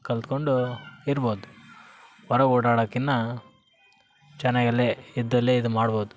ಕಲಿತ್ಕೊಂಡು ಇರ್ಬೋದು ಬರೀ ಓಡಾಡೋಕಿನ್ನ ಚೆನ್ನಾಗ್ ಅಲ್ಲೇ ಇದ್ದಲ್ಲೇ ಇದು ಮಾಡ್ಬೋದು